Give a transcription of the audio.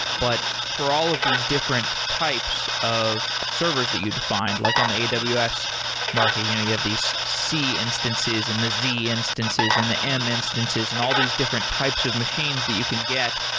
but for all of these different types of servers that you defined, like on the and but aws market, you know you have these c instances and the z instances and the m instances and all these different types of machines that you can get.